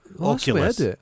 Oculus